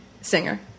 Singer